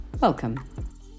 Welcome